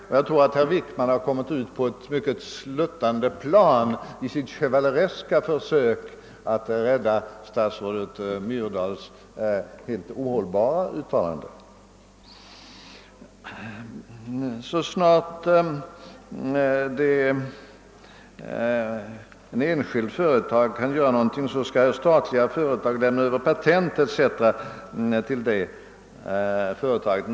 Och jag tror att herr Wickman kommer ut på ett starkt sluttande plan i sitt chevalereska försök att rädda statsrådet Myrdals helt ohållbara uttalande. Herr Wickman gjorde gällande att jag hävdat, att så snart ett enskilt företag kan göra någonting skall det statliga företaget lämna över patent etc. till det enskilda företaget.